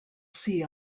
see